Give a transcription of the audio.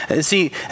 See